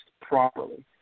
properly